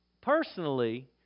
Personally